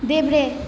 देब्रे